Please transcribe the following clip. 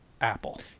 Apple